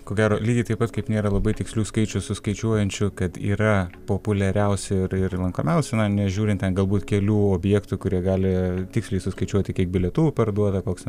ko gero lygiai taip pat kaip nėra labai tikslių skaičių suskaičiuojančių kad yra populiariausia ir ir lankomiausia na nežiūrint ten galbūt kelių objektų kurie gali tiksliai suskaičiuoti kiek bilietų parduota koks ten